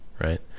right